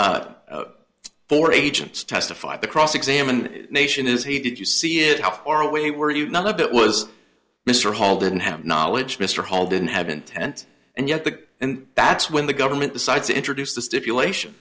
for agents testify the cross examined nation is he did you see it how far away were you not it was mr hall didn't have knowledge mr hall didn't have intent and yet the and that's when the government decides to introduce the stipulation